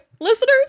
listeners